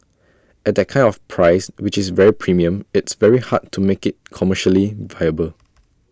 at that kind of price which is very premium it's very hard to make IT commercially viable